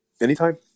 Anytime